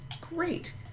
great